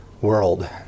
world